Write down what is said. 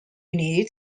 united